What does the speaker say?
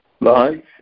Life